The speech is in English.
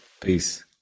peace